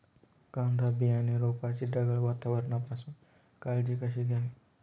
कांदा बियाणे रोपाची ढगाळ वातावरणापासून काळजी कशी घ्यावी?